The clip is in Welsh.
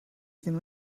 ddim